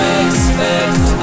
expect